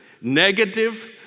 negative